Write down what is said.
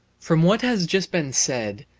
from what has just been said,